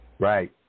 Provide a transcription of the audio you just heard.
Right